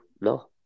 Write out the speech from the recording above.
no